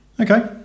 Okay